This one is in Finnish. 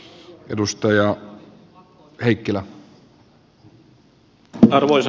arvoisa puhemies